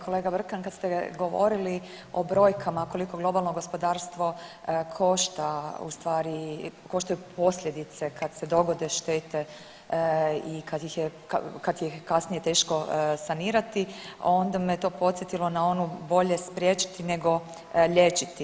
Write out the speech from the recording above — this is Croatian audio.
Kolega Brkan, kad ste govorili o brojkama koliko globalno gospodarstvo košta u stvari, koštaju posljedice kad se dogode štete i kad ih je kasnije teško sanirati, onda me to podsjetilo na onu bolje spriječiti nego liječiti.